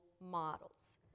models